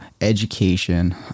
education